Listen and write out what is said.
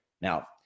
Now